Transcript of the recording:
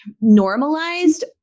normalized